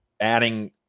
adding